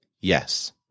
Yes